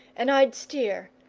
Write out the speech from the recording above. and i'd steer.